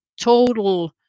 total